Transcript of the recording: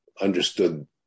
understood